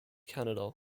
canada